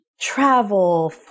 travel